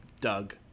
Doug